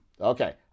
Okay